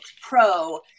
pro